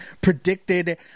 predicted